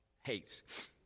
hates